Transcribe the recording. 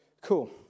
cool